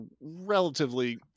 relatively